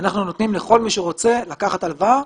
אנחנו נותנים לכל מי שרוצה לקחת הלוואה,